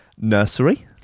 nursery